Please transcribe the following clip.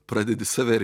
pradedi save